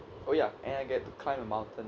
oh ya and I get to climb a mountain